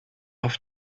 oft